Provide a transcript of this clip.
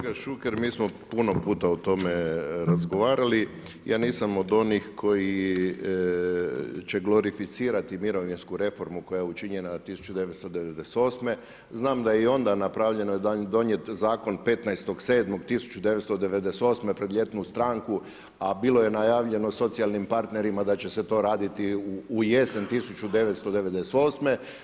Kolega Šuker, mi smo puno puta o tome razgovarali, ja nisam od onih koji će glorificirati mirovinsku reformu koja je učinjena 1998., znam da je i onda napravljena da je donijet zakon 15.7.1998. pred ljetnu stanku a bilo je najavljeno socijalnim partnerima da će se to raditi u jesen 1998.